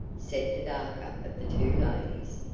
said the darker of the two ladies,